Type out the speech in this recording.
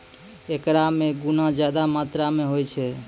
एकरा मे गुना ज्यादा मात्रा मे होय छै